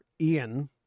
Ian